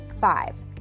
five